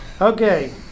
Okay